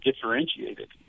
differentiated